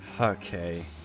Okay